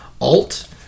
Alt